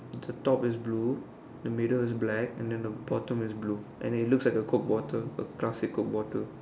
the top is blue the middle is black and then the bottom is blue and it looks like a coke bottle a classic coke bottle